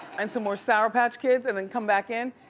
and some more sour patch kids and then come back in.